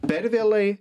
per vėlai